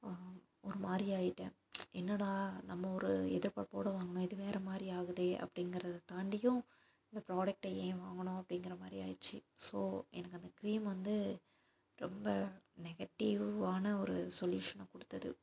ஒரு மாதிரி ஆகிட்டேன் என்னடா நம்ம ஒரு எதிர்பார்ப்போடு வாங்கினோம் இது வேறு மாதிரி ஆகுதே அப்படிங்கிறத தாண்டியும் இந்த ப்ராடக்ட்டை ஏன் வாங்கினோம் அப்படிங்கிற மாதிரி ஆகிருச்சி ஸோ எனக்கு அந்த க்ரீம் வந்து ரொம்ப நெகட்டிவ்வான ஒரு சொல்யூஷன் கொடுத்தது